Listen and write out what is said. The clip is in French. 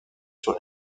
sur